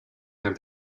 have